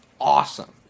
awesome